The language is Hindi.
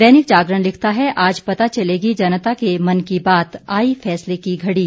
दैनिक जागरण लिखता है आज पता चलेगी जनता के मन की बात आई फैसले की घड़ी